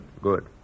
Good